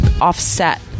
offset